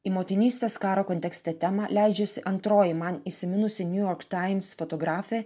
į motinystės karo kontekste temą leidžiasi antroji man įsiminusi niujork taims fotografė